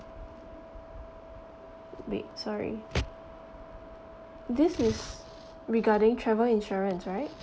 wait sorry this is regarding travel insurance right